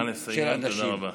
תודה רבה.